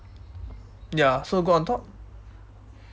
ya so go on top